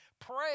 Pray